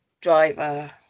driver